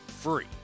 free